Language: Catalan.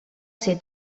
ser